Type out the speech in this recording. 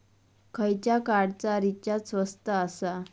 खयच्या कार्डचा रिचार्ज स्वस्त आसा?